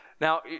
Now